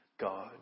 God